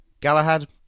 Galahad